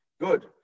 Good